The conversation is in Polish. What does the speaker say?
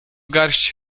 garść